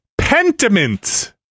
Pentiment